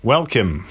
Welcome